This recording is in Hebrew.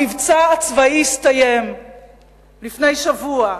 המבצע הצבאי הסתיים לפני שבוע,